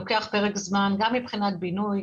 לוקח פרק זמן גם מבחינת בינוי,